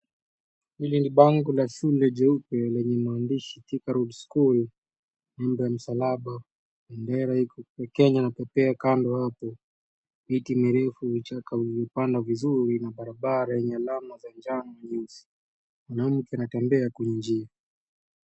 Hili ni bango la shule jeupe lenye maandishi Thika Road School alama ya msalaba. Bendera iko ya Kenya inapepea kando hapo. Miti mirefu imechakaa iliyopanda vizuri na barabara yenye alama za njano na nyeusi. Mwanamke anatembea kwenye njia.